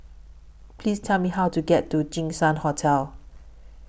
Please Tell Me How to get to Jinshan Hotel